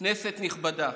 כנסת נכבדה,